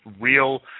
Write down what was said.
real –